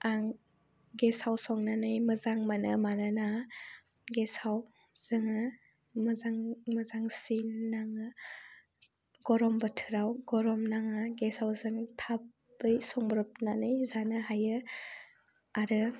आं गेसाव संनानै मोजां मोनो मानोना गेसाव जोङो मोजां मोजांसिन नाङो गरम बोथोराव गरम नाङो गेसाव जों थाबै संब्रबनानै जानो हायो आरो